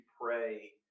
pray